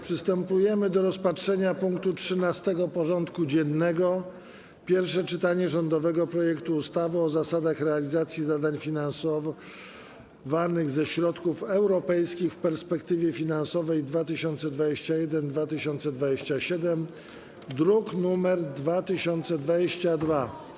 Przystępujemy do rozpatrzenia punktu 13. porządku dziennego: Pierwsze czytanie rządowego projektu ustawy o zasadach realizacji zadań finansowanych ze środków europejskich w perspektywie finansowej 2021-2027 (druk nr 2022)